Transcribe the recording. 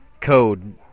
code